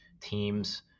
teams